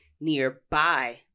nearby